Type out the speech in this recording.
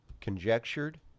conjectured